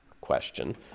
question